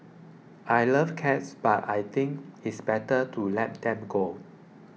I love cats but I think it's better to let them go